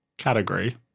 Category